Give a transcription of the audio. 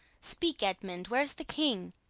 speak, edmund, where's the king?